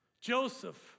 Joseph